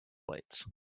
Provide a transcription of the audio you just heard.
plates